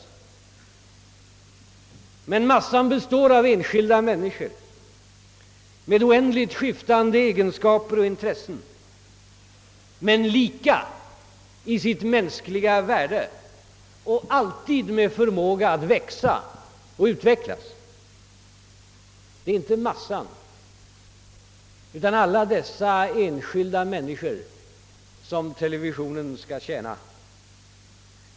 Massan består emellertid av enskilda människor med oändligt skiftande egenskaper och intressen men lika i sitt mänskliga värde och alltid med förmåga att växa och utvecklas. Det är inte massan utan alla dessa enskilda människor som televisionen skall tjäna.